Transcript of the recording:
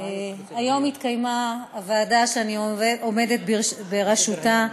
היום התקיימה הוועדה שאני עומדת בראשה,